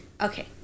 Okay